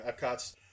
Epcot's